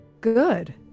good